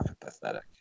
Pathetic